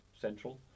Central